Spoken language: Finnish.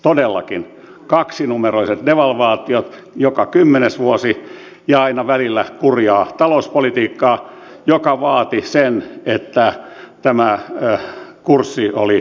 todellakin kaksinumeroiset devalvaatiot joka kymmenes vuosi ja aina välillä kurjaa talouspolitiikkaa mikä vaati sen että kurssi oli korjattava